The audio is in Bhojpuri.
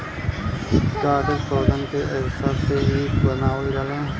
कागज पौधन के रेसा से ही बनावल जाला